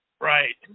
Right